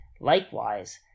likewise